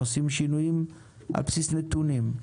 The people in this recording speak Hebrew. עושים שינויים על בסיס נתונים.